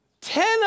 Ten